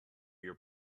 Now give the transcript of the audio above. your